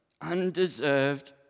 Undeserved